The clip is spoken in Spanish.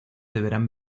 deberán